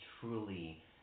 truly